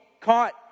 caught